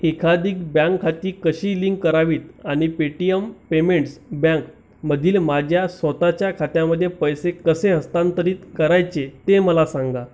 एकाधिक बँक खाती कशी लिंक करावीत आणि पेटीएम पेमेंट बँकमधील माझ्या स्वतःच्या खात्यामध्ये पैसे कसे हस्तांतरित करायचे ते मला सांगा